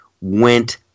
went